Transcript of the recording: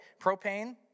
Propane